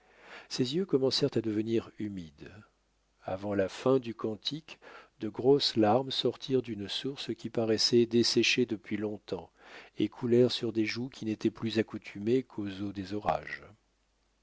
ses yeux commencèrent à devenir humides avant la fin du cantique de grosses larmes sortirent d'une source qui paraissait desséchée depuis longtemps et coulèrent sur des joues qui n'étaient plus accoutumées qu'aux eaux des orages